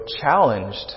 challenged